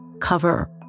cover